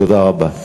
תודה רבה.